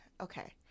Okay